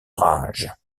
rage